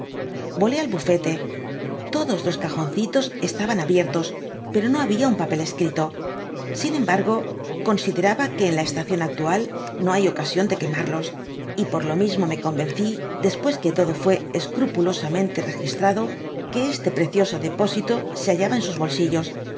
volé al bufete todos los cajoncitos estaban abiertos pero no babia un papel escrito sin emdby google bargo consideraba que en la estación actual no hay ocasión de quemarlos y por lo mismo me convenci después que todo fué escrupulosamente registrado que este precioso deposito se hallaba en sus bolsillos